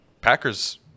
Packers